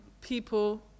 people